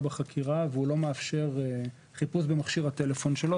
בחקירה ולא מאפשר חיפוש במכשיר הטלפון שלו,